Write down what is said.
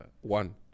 One